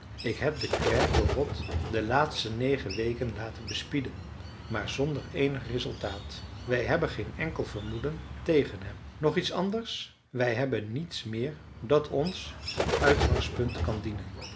ik heb den klerk gorot de laatste negen weken laten bespieden maar zonder eenig resultaat wij hebben geen enkel vermoeden tegen hem nog iets anders wij hebben niets meer dat ons tot uitgangspunt kan dienen